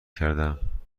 کردم